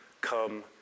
come